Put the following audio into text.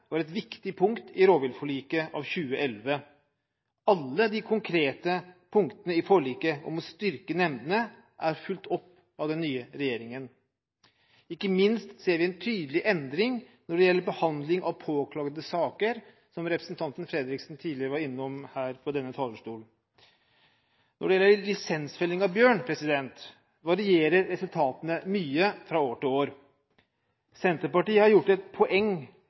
et viktig punkt i rovviltforliket av 2011. Alle de konkrete punktene i forliket om å styrke nemndene er fulgt opp av den nye regjeringen. Ikke minst ser vi en tydelig endring når det gjelder behandling av påklagede saker – som representanten Fredriksen tidligere var innom fra denne talerstolen. Når det gjelder lisensfelling av bjørn, varierer resultatene mye fra år til år. Senterpartiet har i merknadene gjort til et poeng